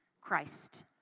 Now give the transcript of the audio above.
Christ